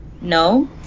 No